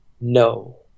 No